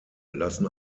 lassen